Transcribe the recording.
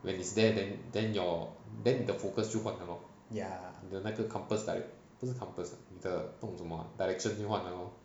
when is there then then your then the focus 就换了 lor 你的那个 compass like 不是 compass 的不懂什么 direction 就换 liao lor